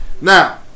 Now